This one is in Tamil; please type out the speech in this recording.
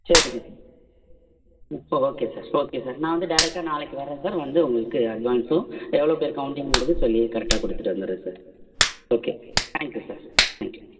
சரிங்க சார் ம் சரி ஓகே சார் ஓகே சார் நான் வந்து டேரெக்ட்டாக நாளைக்கு வரேன் சார் வந்து உங்களுக்கு அட்வான்ஸும் எவ்வளோ பேர் கௌண்ட்டிங்கறதும் சொல்லி கரெக்டாக கொடுத்துட்டு வந்துடுறேன் sir okay thank you sir thank you